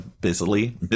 busily